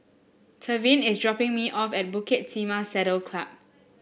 Tevin is dropping me off at Bukit Timah Saddle Club